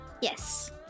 Yes